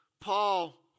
Paul